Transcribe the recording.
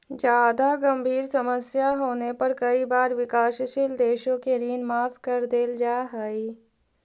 जादा गंभीर समस्या होने पर कई बार विकासशील देशों के ऋण माफ कर देल जा हई